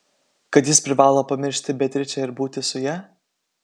kad jis privalo pamiršti beatričę ir būti su ja